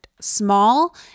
small